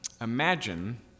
Imagine